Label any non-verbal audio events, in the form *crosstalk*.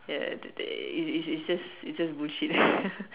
ya they it it it's just it's just bullshit *laughs*